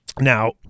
Now